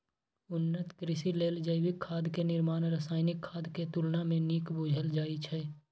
उन्नत कृषि लेल जैविक खाद के निर्माण रासायनिक खाद के तुलना में नीक बुझल जाइ छइ